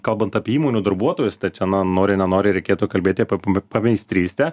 kalbant apie įmonių darbuotojus tai čia na nori nenori reikėtų kalbėti apie pameistrystę